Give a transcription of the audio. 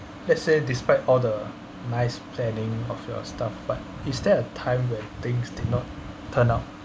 let's say despite all the nice planning of your stuff but is there a time when things did not turn out